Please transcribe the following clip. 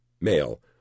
male